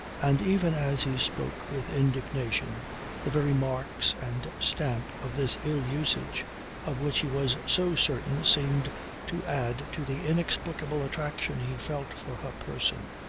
and even as he spoke with indignation the very marks and stamp of this ill usage of which he was so certain seemed to add to the inexplicable attraction he felt for her person.